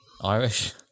Irish